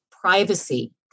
privacy